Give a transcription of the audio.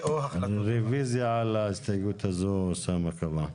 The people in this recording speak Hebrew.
רוויזיה על ההסתייגות הזאת אוסאמה קבע.